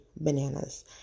bananas